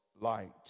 light